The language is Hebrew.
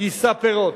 יישא פירות.